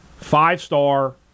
Five-star